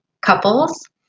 couples